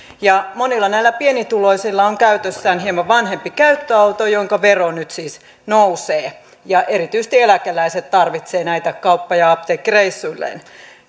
monilla näillä pienituloisilla on käytössään hieman vanhempi käyttöauto jonka vero nyt siis nousee erityisesti eläkeläiset tarvitsevat näitä kauppa ja apteekkireissuilleen